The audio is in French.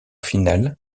finale